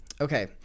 okay